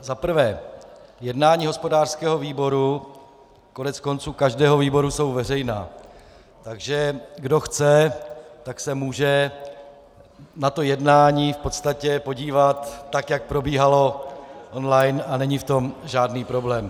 Za prvé, jednání hospodářského výboru koneckonců každého výboru jsou veřejná, takže kdo chce, tak se může na to jednání v podstatě podívat, jak probíhalo, on line, a není v tom žádný problém.